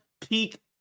peak